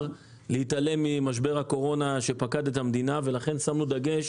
להתעלם ממשבר הקורונה שפקד את המדינה ולכן שמנו דגש